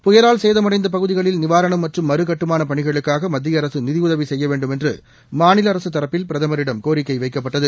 புயலால் சேதமடைந்த பகுதிகளில் நிவாரணம் மற்றும் மறுகட்டுமான பணிகளுக்காக மத்திய அரசு நிதியுதவி செய்ய வேண்டும் என்று மாநில அரசு தரப்பில் பிரதமரிடம் கோரிக்கை வைக்கப்பட்டது